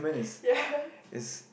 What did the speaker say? yeah